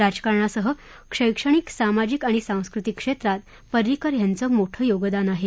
राजकारणासह शैक्षणिक सामाजिक आणि सांस्कृतिक क्षेत्रात पर्रिकर यांचं मोठं योगदान आहे